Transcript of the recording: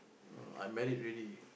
I marry already